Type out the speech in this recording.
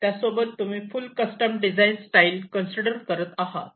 त्यासोबत तुम्ही full custom design style consider करत आहात